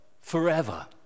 forever